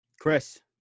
Chris